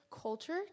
culture